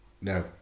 No